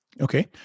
okay